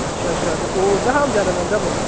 अच्छा अच्छा ते ओह् ओह्दे शा बी ज्यादा मैंह्गा पौना